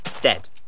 Dead